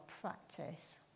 practice